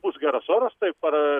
bus geras oras taip ar